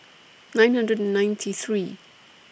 nine hundred and ninety three